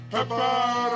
Pepper